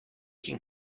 can